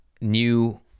new